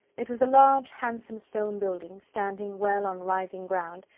it was a large, handsome stone building, standing well on rising ground,